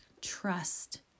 trust